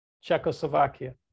Czechoslovakia